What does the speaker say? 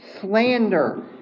slander